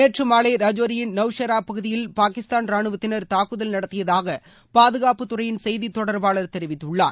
நேற்று மாலை ரஜேரியின் நவ்சேரா பகுதியில் பாகிஸ்தான் ராணுவத்தினர் தாக்குதல் நடத்தியதாக பாதுகாப்புத்துறையின் செய்தித் தொடர்பாளர் தெரிவித்துள்ளார்